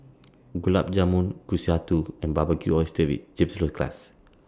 Gulab Jamun Kushikatsu and Barbecued Oysters with Chipotle Glaze